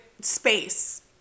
space